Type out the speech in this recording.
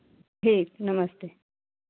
ठीक नमस्ते